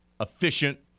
efficient